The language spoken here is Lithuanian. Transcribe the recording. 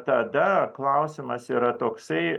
tada klausimas yra toksai